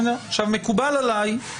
מקובל עלי,